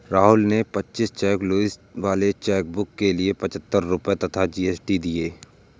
राहुल ने पच्चीस cheque leaves वाले चेकबुक के लिए पच्छत्तर रुपये तथा जी.एस.टी दिए